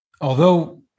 Although-